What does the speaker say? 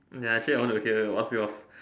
ya actually I want to hear what's yours